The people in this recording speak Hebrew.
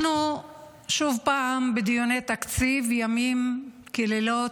אנחנו שוב פעם בדיוני תקציב, ימים ולילות.